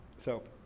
so,